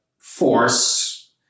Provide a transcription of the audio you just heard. force